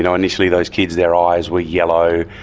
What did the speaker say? you know initially those kids, their eyes were yellow,